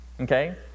Okay